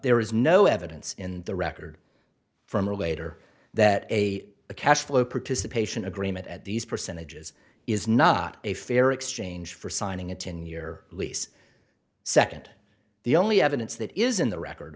there is no evidence in the record from or later that a cash flow participation agreement at these percentages is not a fair exchange for signing a ten year lease second the only evidence that is in the record